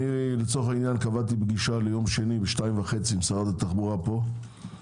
לצורך העניין קבעתי פגישה ליום שני ב-14:30 עם שר התחבורה בעניין פה.